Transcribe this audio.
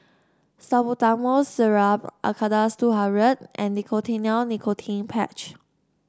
Salbutamol Syrup Acardust two hundred and Nicotinell Nicotine Patch